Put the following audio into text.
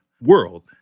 world